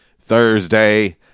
Thursday